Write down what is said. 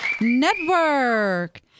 Network